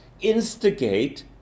instigate